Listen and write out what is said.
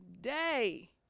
day